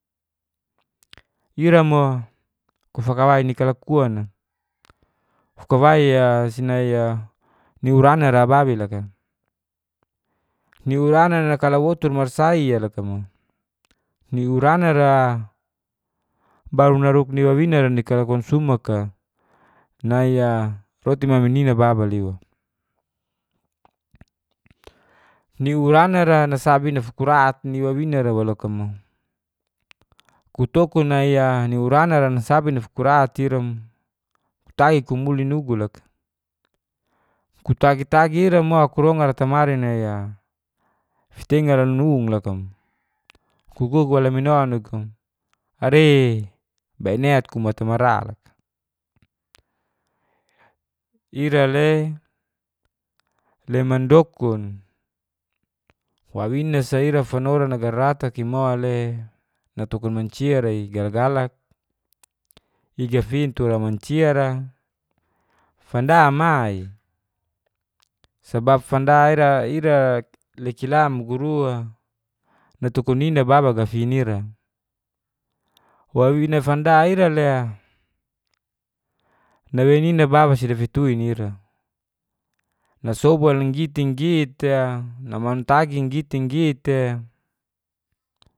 Ira mo kufawakai ni kalakuan a fakawai a si nai a niurana ababi loka ni warana nakalawotur masasai a loka mu. niwarana ra baru na naruk ni wawina ra ni kalakuan sumak a nai a roti mami nina baba liwa. niwarana ra nasabi nafakurat ni wawina wa ra loka mu. kutokun nai a ni warana ranasabi nafakurat ira mu kutagi kumuli nugu loka kutagi tagi ira mo kurongr atamari nai a fintengal a nung loka mu ku kuk wa la lamino nugu areee bainet kumu ata mara loka. ira le leman dokun wawina sa ira fanora nagaratak i mo le natokun mancia ri galak galak i gafin tura mancia ra fanda ma i sebab fanda ira ira lekila muguru datokun nina baba gafin ira wawina fanda ira le dawei nina baba si dafituin ira nasobal nai nggi te nggi tea na mau tagi nggi te nggi te